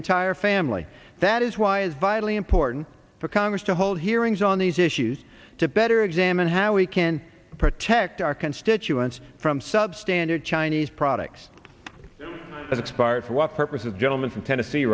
entire family that is why is vitally important for congress to hold hearings on these issues to better examine how we can protect our constituents from sub standard chinese products that expired for the purpose of the gentleman from tennessee